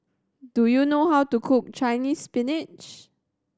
do you know how to cook Chinese Spinach